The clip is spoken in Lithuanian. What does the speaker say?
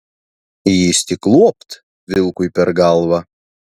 jis tik luopt vilkui per galvą